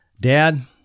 dad